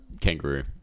kangaroo